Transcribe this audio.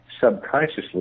subconsciously